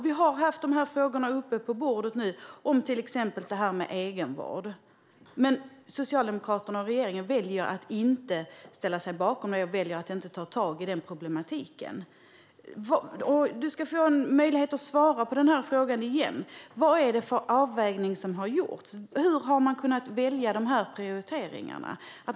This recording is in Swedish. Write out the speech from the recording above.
Vi har haft dessa frågor uppe på bordet nu, till exempel detta med egenvård. Socialdemokraterna och regeringen väljer dock att inte ställa sig bakom det och väljer att inte ta tag i problematiken. Du ska få möjlighet att svara på frågan igen. Vad är det för avvägning som har gjorts? Hur har man kunnat välja dessa prioriteringar?